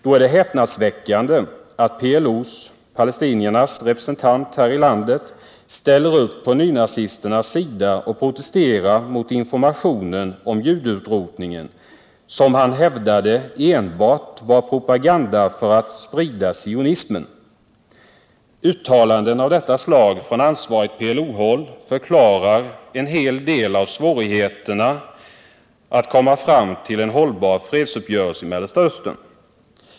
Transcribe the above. Det är häpnadsväckande att PLO:s, palestiniernas, representant här i landet ställer upp på nynazisternas sida och protesterar mot informationen om judeutrotningen, som man hävdar var enbart propaganda för spridande av sionismen. Uttalanden av detta slag från ansvarigt PLO-håll är komprometterande och förklarar en hel del av svårigheterna i att komma fram till en hållbar fredsuppgörelse i Mellersta Östern.